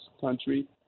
country